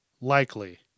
likely